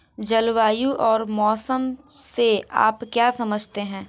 जलवायु और मौसम से आप क्या समझते हैं?